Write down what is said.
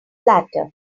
latter